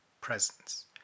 presence